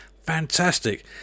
Fantastic